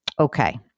Okay